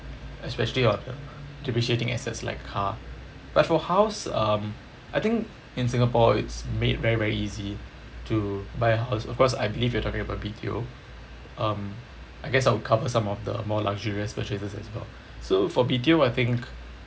especially of the depreciating assets like car but for house um I think in singapore it's made very very easy to buy a house of course I believe you're talking about B_T_O um I guess I would cover some of the more luxurious purchases as well so for B_T_O I think